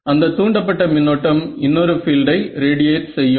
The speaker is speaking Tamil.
அந்த தூண்டப்பட்ட மின்னோட்டம் இன்னொரு பீல்டை ரேடியேட் செய்யும்